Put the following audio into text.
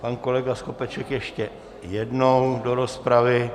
Pan kolega Skopeček ještě jednou do rozpravy.